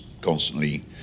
constantly